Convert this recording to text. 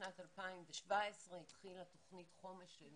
בשנת 2017 התחילה תוכנית חומש של